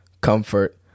comfort